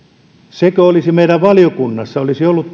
meidän olisi ollut valiokunnassa